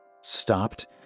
stopped